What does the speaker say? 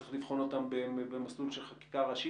וצריך לבחון אותם במסלול של חקיקה ראשית,